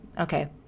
Okay